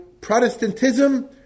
Protestantism